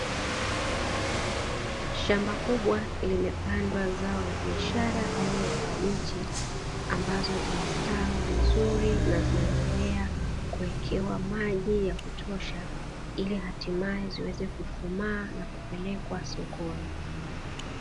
Shamba kubwa limepandwa zao la biashara aina ya kabichi, ambazo zimestawi vizuri na zinaendelea kuwekewa maji ya kutosha ili hatimae ziweze kukomaa na kupelekwa sokoni.